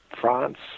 France